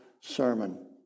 sermon